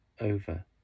over